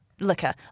liquor